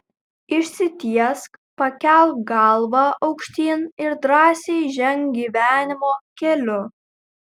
išsitiesk pakelk galvą aukštyn ir drąsiai ženk gyvenimo keliu